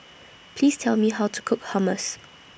Please Tell Me How to Cook Hummus